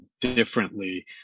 differently